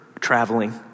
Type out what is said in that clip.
traveling